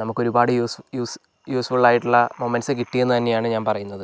നമുക്കൊരുപാട് use use use ഫുള്ളായിട്ടുള്ള moments കിട്ടിയെന്ന് തന്നെയാണ് ഞാൻ പറയുന്നത്